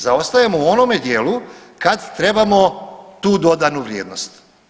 Zaostajemo u onome dijelu kad trebamo tu dodanu vrijednost.